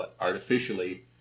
artificially